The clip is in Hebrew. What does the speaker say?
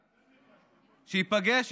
שייפגש,